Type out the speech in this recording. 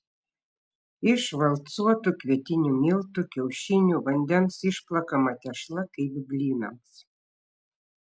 iš valcuotų kvietinių miltų kiaušinių vandens išplakama tešla kaip blynams